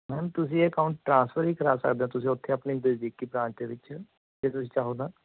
ma'am ਤੁਸੀਂ ਇਹ account transfer ਵੀ ਕਰਾ ਸਕਦੇ ਹੋ ਤੁਸੀਂ ਉੱਥੇ ਆਪਣੀ ਨਜਦੀਕੀ ਬਰਾਂਚ ਦੇ ਵਿੱਚ ਜੇ ਤੁਸੀਂ ਚਾਹੋ ਤਾਂ